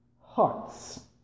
hearts